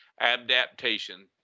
Adaptation